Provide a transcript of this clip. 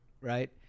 Right